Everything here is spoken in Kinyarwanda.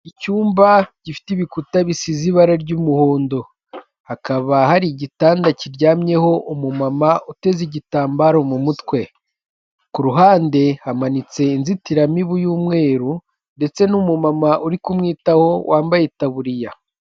Icyumba gifite ibikuta bisize ibara ry'umuhondo hakaba hari igitanda kiryamyeho umumama uteze igitambaro mu mutwe, ku ruhande hamanitse inzitiramibu y'umweru ndetse n'umumama uri kumwitaho wambaye itaburiya.